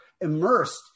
immersed